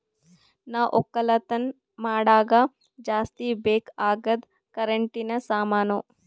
ನಾವ್ ಒಕ್ಕಲತನ್ ಮಾಡಾಗ ಜಾಸ್ತಿ ಬೇಕ್ ಅಗಾದ್ ಕರೆಂಟಿನ ಸಾಮಾನು